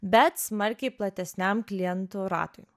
bet smarkiai platesniam klientų ratui